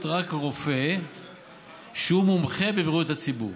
רק רופא שהוא מומחה בבריאות הציבור.